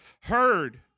heard